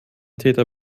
täter